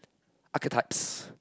archetypes